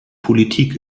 politik